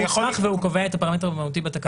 הוא הוסמך והוא קובע את הפרמטר המהותי בתקנות.